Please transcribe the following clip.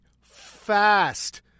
fast